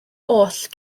oll